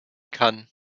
kann